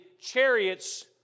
chariots